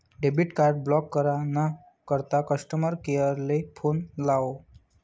debit card block करा ना करता कस्टमर केअर ले फोन लावो